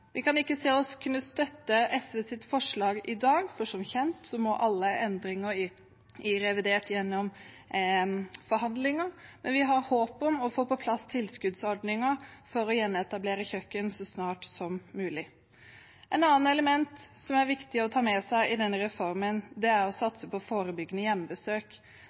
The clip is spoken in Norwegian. Vi kan ikke se å kunne støtte SVs forslag i dag, for som kjent må alle endringer i revidert gjennom forhandlinger, men vi har håp om å få på plass tilskuddsordningen for å gjenetablere kjøkken så snart som mulig. Et annet element som er viktig å ta med seg i denne reformen, er å satse på forebyggende hjemmebesøk.